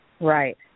Right